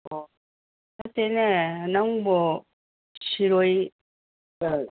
ꯑꯣ ꯅꯠꯇꯦꯅꯦ ꯅꯪꯕꯨ ꯁꯤꯔꯣꯏ ꯑꯥ